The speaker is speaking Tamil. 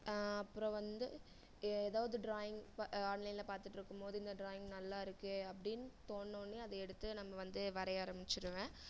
அப்புறம் வந்து ஏதாவது ட்ராயிங் வ ஆன்லைனில் பார்த்துட்ருக்கும்போது இந்த ட்ராயிங் நல்லாயிருக்கு அப்படின் தோண்ணவுடனே அதை எடுத்து நம்ம வந்து வரைய ஆரமிச்சுருவேன்